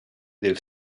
del